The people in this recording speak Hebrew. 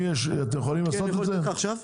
אני יכול לתת לך עכשיו?